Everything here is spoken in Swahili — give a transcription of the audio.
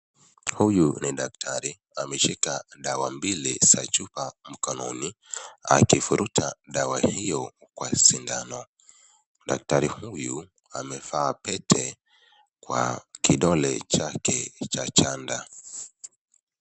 Huyu ni daktari ameshika dawa mbili za chupa mkononi akivuruta dawa hio kwa sindano. Daktari huyu amevaa pete kwa kidole chake cha chanda.